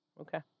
Okay